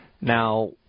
Now